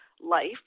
life